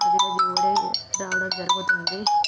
దిగుబడి రావడం జరుగుతుంది